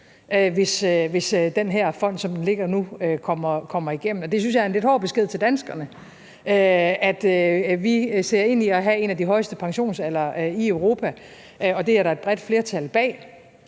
hvis den her fond, som den ligger nu, kommer igennem. Og det synes jeg er en lidt hård besked til danskerne, altså at vi ser ind i at have en af de højeste pensionsaldre i Europa, og det er der et bredt flertal bag,